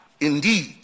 Indeed